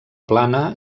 plana